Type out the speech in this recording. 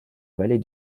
vallée